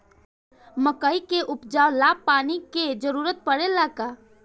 मकई के उपजाव ला पानी के जरूरत परेला का?